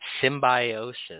Symbiosis